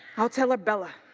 i'll tell her, bella,